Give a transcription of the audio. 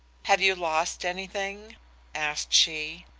have you lost anything asked she.